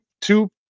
two